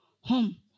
home